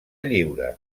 lliure